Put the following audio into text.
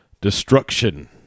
destruction